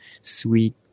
sweet